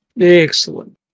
Excellent